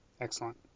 Excellent